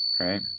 Right